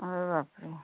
अरे बाप रे